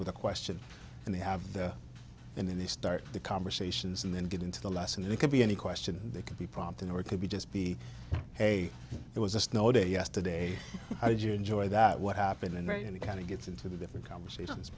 with a question and they have the and then they start the conversations and then get into the lesson it can be any question they could be prompted or it could be just the hey there was a snow day yesterday did you enjoy that what happened and it kind of gets into the different conversations